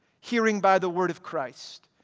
hearing by the word of christ,